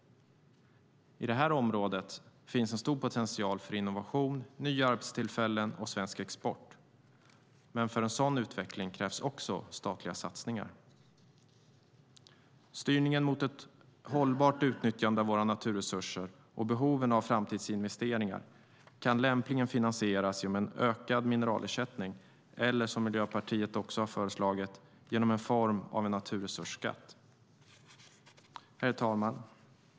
Inom detta område finns en stor potential för innovation, nya arbetstillfällen och svensk export. Men för en sådan utveckling krävs också statliga satsningar. Styrningen mot ett hållbart utnyttjande av våra naturresurser och behoven av framtidsinvesteringar kan lämpligen finansieras genom en ökad mineralersättning eller, som Miljöpartiet har föreslagit, genom en form av naturresursskatt. Herr talman!